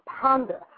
ponder